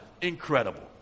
Incredible